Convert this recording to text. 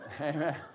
Amen